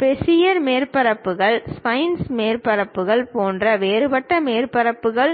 Bezier மேற்பரப்புகள் spline மேற்பரப்புகள் போன்ற வேறுபட்ட மேற்பரப்புகள்